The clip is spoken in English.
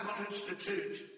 Institute